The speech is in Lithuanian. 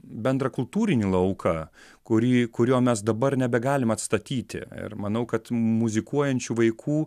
bendrą kultūrinį lauką kurį kurio mes dabar nebegalim atstatyti ir manau kad muzikuojančių vaikų